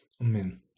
Amen